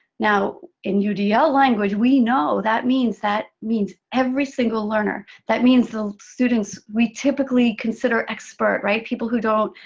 now, in udl language, we know that means that means every single learner. that means the students we typically consider expert, right? people who don't